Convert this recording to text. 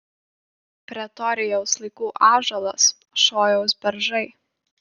pretorijaus laikų ąžuolas šojaus beržai